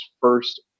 first